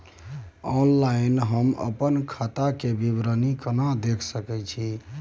Online हम अपन खाता के विवरणी केना देख सकै छी?